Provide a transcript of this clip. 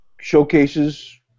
showcases